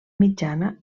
mitjana